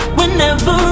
whenever